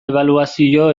ebaluazio